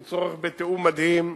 עם צורך בתיאום מדהים,